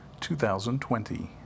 2020